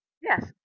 Yes